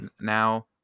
Now